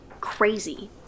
crazy